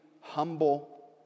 humble